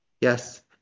Yes